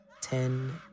Ten